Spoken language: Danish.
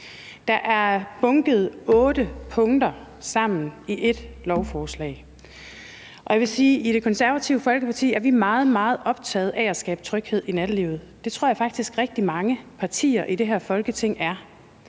Der er bunket otte punkter sammen i ét lovforslag, og jeg vil sige, at vi i Det Konservative Folkeparti er meget, meget optagede af at skabe tryghed i nattelivet. Det tror jeg faktisk også rigtig mange andre partier i det her Folketing er,